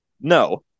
No